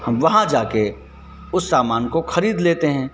हम वहाँ जाके उस सामान को खरीद लेते हैं